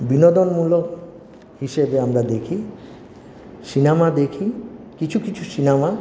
বিনোদনমূলক হিসেবে আমরা দেখি সিনেমা দেখি কিছু কিছু সিনেমা